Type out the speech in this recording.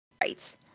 Right